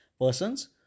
persons